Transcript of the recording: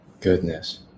Goodness